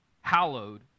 hallowed